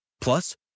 Plus